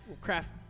craft